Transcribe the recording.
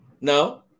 no